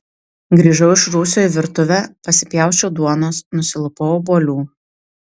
grįžau iš rūsio į virtuvę pasipjausčiau duonos nusilupau obuolių